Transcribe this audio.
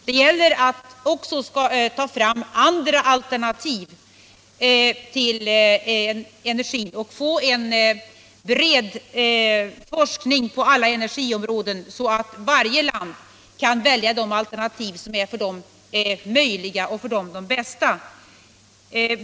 Det gäller också att ta fram andra energialternativ och att få till stånd en bred forskning på hela energiområdet, så att alla länder kan välja de alternativ som är för dem möjliga och de bästa.